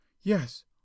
yes